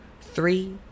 three